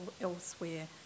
elsewhere